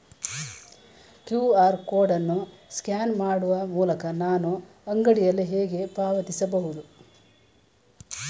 QR code ಅನ್ನು scan ಮಾಡುವ ಮೂಲಕ ನಾನು ಅಂಗಡಿಯಲ್ಲಿ ಹೇಗೆ ಪಾವತಿಸಬಹುದು?